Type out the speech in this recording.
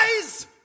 guys